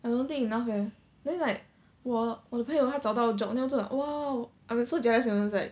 I don't think enough leh then like 我我的朋友他找到 job then 我就 like !wow! I'm so jealous you know it's like